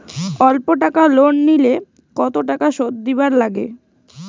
অল্প টাকা লোন নিলে কতো টাকা শুধ দিবার লাগে?